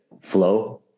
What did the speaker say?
flow